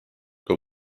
kui